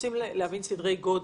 להבין סדרי גודל.